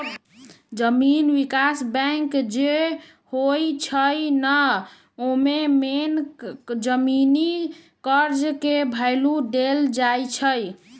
जमीन विकास बैंक जे होई छई न ओमे मेन जमीनी कर्जा के भैलु देल जाई छई